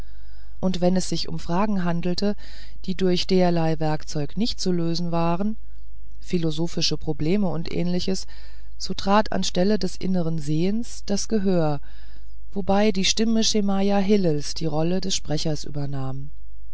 und wenn es sich um fragen handelte die durch derlei werkzeuge nicht zu lösen waren philosophische probleme und ähnliches so trat an stelle des inneren sehens das gehör wobei die stimme schemajah hillels die rolle des sprechers übernahm